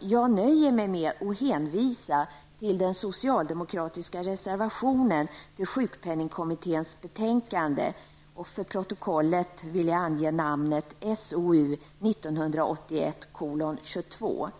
Jag nöjer mig med att hänvisa till den socialdemokratiska reservationen till sjukpenningkommitténs betänkande -- för protokollet vill jag ange namnet, SOU 1981:22.